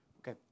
Okay